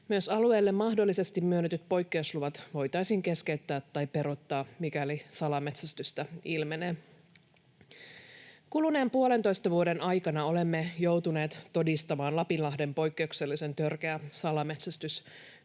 Myös alueelle mahdollisesti myönnetyt poikkeusluvat voitaisiin keskeyttää tai peruuttaa, mikäli salametsästystä ilmenee. Kuluneen puolentoista vuoden aikana olemme joutuneet todistamaan Lapinlahden poikkeuksellisen törkeää salametsästysvyyhtiä.